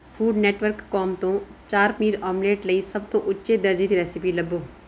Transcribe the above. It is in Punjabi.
ਫੂਡਨੈੱਟਵਰਕਕਾਮ ਤੋਂ ਚਾਰ ਪਨੀਰ ਓਮਲੇਟ ਲਈ ਸਭ ਤੋਂ ਉੱਚੇ ਦਰਜੇ ਦੀ ਰੈਸਿਪੀ ਲੱਭੋ